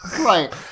Right